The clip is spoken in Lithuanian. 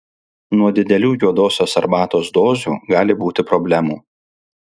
nuo didelių juodosios arbatos dozių gali būti problemų